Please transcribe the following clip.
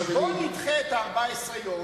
בואו נדחה את ה-14 יום,